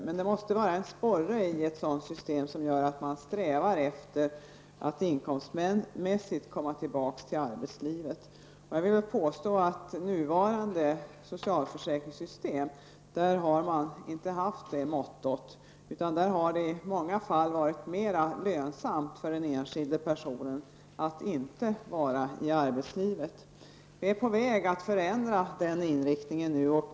Men det måste finnas en sporre i systemet som gör att man strävar efter att på grund av inkomst komma tillbaka till arbetslivet. Jag vill påstå att man i det nuvarande socialförsäkringssystemet inte har haft det mottot. Det har i många fall varit mer lönsamt för den enskilde att inte vara ute i arbetslivet. Det förhållandet är nu på väg att förändras.